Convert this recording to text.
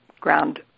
ground